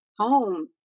home